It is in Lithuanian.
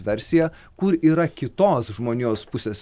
versiją kur yra kitos žmonijos pusės